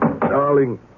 Darling